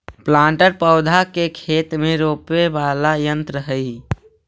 planter पौधा के खेत में रोपे वाला यन्त्र हई